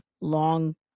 long